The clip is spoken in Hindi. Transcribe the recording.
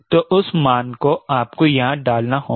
तो उस मान को आपको यहां डालना होगा